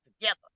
together